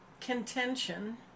contention